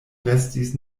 restis